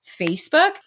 Facebook